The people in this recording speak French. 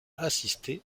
assisté